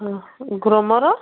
ଓହୋ ଗ୍ରୋମର